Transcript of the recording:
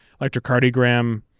electrocardiogram